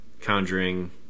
Conjuring